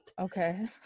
Okay